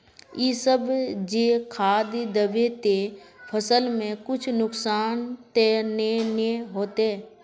इ सब जे खाद दबे ते फसल में कुछ नुकसान ते नय ने होते